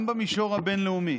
גם במישור הבין-לאומי,